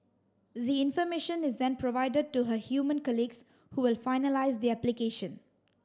the information is then provided to her human colleagues who will finalise the application